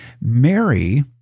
Mary